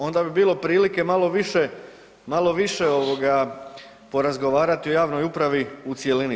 Onda bi bilo prilike malo više porazgovarati o javnoj upravi u cjelini.